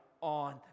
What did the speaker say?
on